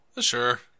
Sure